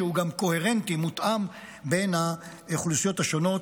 שהוא גם קוהרנטי וגם מותאם בין האוכלוסיות השונות.